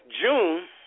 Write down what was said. June